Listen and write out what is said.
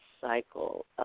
cycle